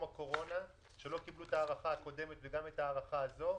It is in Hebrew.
הקורונה שלא קיבלו את ההארכה הקודמת וגם את ההארכה הזאת,